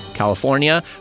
California